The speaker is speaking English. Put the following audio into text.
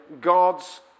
God's